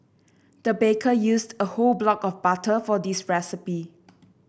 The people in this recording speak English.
the baker used a whole block of butter for this recipe